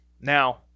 Now